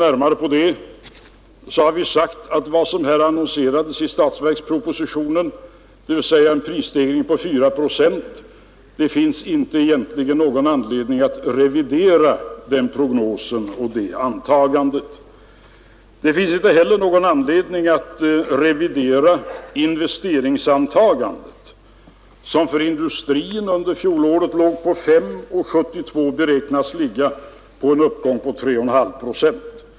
Vad vi i det sammanhanget har sagt i statsverkspropositionen, nämligen att prisstegringen kan beräknas till 4 procent, är ett antagande som det egentligen inte finns någon anledning att revidera. Inte heller föreligger det någon anledning att revidera investeringsantagandet. För industrin låg investeringsökningen under fjolåret på 5 procent och beräknas stiga med 3,5 procent under 1972.